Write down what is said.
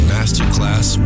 Masterclass